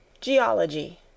Geology